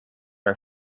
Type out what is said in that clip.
our